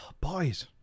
Boys